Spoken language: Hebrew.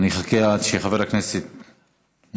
אני